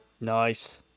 Nice